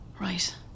Right